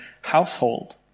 household